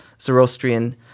Zoroastrian